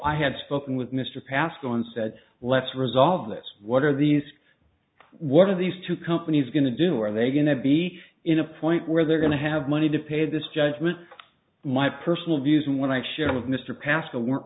i had spoken with mr pascoe and said let's resolve this what are these what are these two companies going to do or are they going to be in a point where they're going to have money to pay this judgment my personal views when i share with mr pascoe weren't